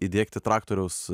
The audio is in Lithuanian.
įdiegti traktoriaus